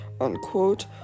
unquote